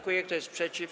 Kto jest przeciw?